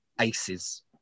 aces